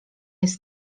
jest